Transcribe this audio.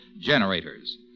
generators